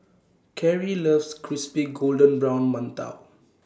Cary loves Crispy Golden Brown mantou